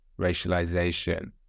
racialization